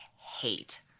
hate